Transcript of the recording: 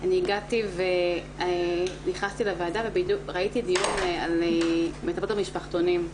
אני הגעתי ונכנסתי לוועדה וראיתי דיון על מטפלות במשפחתונים.